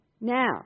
Now